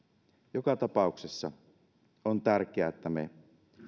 joka tapauksessa on tärkeää että me